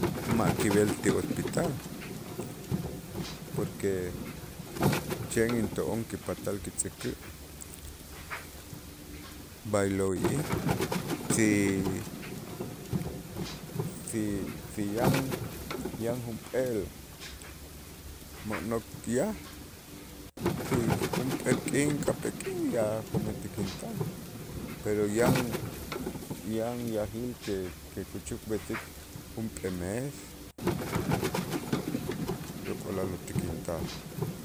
ma' kib'el ti hospital, porque chen into'on kipatal kitz'äkä' b'aylo'ij si si si yan yan junp'eel mo'nok yaj ti junp'eel k'in, ka'pee k'in ya jo'mij tikintal, pero yan yan yajil que que kuchukb'esik junp'ee mes yok'ol a'lo' tikintal.